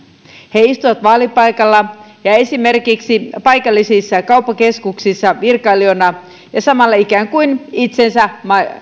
he istuvat vaalipaikalla ja esimerkiksi paikallisissa kauppakeskuksissa virkailijoina ja samalla ikään kuin itsensä